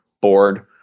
board